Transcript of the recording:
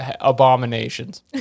abominations